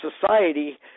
society